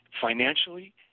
financially